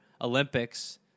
Olympics